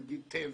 נגיד 'טבע',